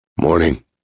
Morning